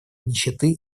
нищеты